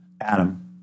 Adam